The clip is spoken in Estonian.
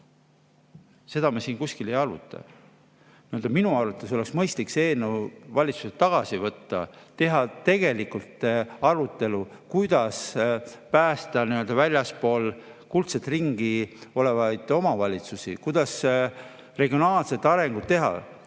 Seda me siin kuskil ei aruta. Minu arvates oleks valitsusel mõistlik see eelnõu tagasi võtta, teha tegelik arutelu, kuidas päästa väljaspool kuldset ringi olevaid omavalitsusi, kuidas regionaalset arengut teha.